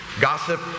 gossip